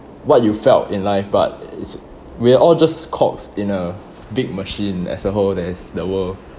what you felt in life but it's we're all just cogs in a big machine as a whole there is the world